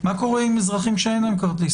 מה קורה עם אזרחים שאין להם כרטיס